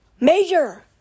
Major